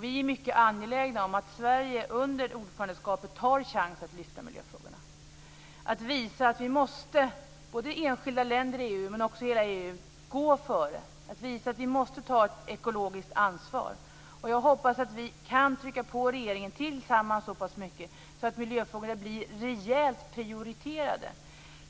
Vi är mycket angelägna om att Sverige under ordförandeskapet tar chansen att lyfta fram miljöfrågorna och att visa att både enskilda länder men också hela EU måste gå före och ta ett ekologiskt ansvar. Jag hoppas att vi tillsammans kan trycka på regeringen så mycket att miljöfrågorna blir rejält prioriterade.